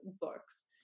books